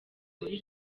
muri